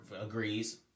agrees